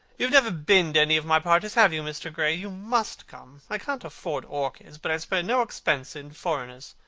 you have never been to any of my parties, have you, mr. gray? you must come. i can't afford orchids, but i spare no expense in foreigners.